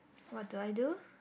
what do I do